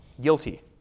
guilty